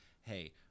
hey